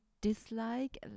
dislike